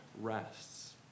rests